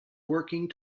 working